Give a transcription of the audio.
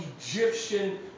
Egyptian